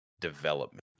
development